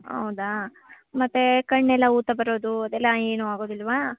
ಹೌದಾ ಮತ್ತು ಕಣ್ಣೆಲ್ಲ ಊತ ಬರೋದು ಅದೆಲ್ಲ ಏನು ಆಗೋದಿಲ್ಲವಾ